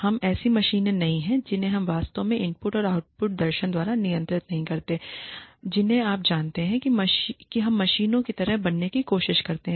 हम ऐसी मशीनें नहीं हैं जिन्हें हम वास्तव में इनपुट और आउटपुट दर्शन द्वारा नियंत्रित नहीं करते हैं जिन्हें आप जानते हैं कि हम मशीनों की तरह बनने की कोशिश करते हैं